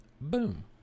boom